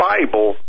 Bible